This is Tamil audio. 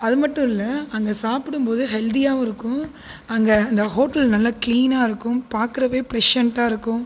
அது மட்டும் இல்லை அங்கே சாப்பிடும் போது ஹெல்த்தியாகவும் இருக்கும் அங்கே அந்த ஹோட்டல் நல்லா கிளீன்னாக இருக்கும் பார்க்கவே ஃபிளசண்டாக இருக்கும்